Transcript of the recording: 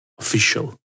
official